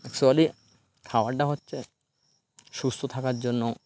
actually খাবারটা হচ্ছে সুস্থ থাকার জন্য